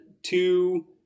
Two